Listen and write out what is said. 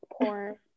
poor